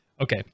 Okay